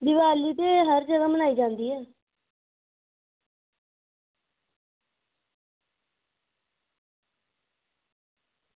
देआली ते हर जगह मनाई जंदी ऐ